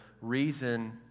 reason